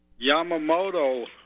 Yamamoto